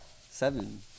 Seven